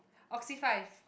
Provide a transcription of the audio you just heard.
Oxy Five